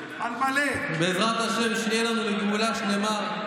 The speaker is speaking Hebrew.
בעזרת השם, שיהיה לנו לגאולה שלמה.